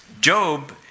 Job